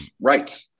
right